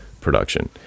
production